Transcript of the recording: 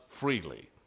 freely